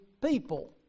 people